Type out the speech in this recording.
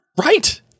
right